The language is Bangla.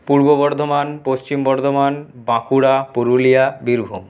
পূর্ব বর্ধমান পশ্চিম বর্ধমান বাঁকুড়া পুরুলিয়া বীরভূম